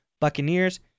Buccaneers